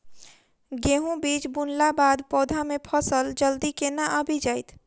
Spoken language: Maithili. गेंहूँ बीज बुनला बाद पौधा मे फसल जल्दी केना आबि जाइत?